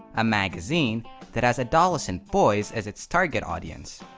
a magazine that has adolescent boys as it's target audience.